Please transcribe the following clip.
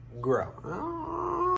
grow